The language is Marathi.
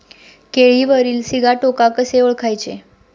केळीवरील सिगाटोका कसे ओळखायचे?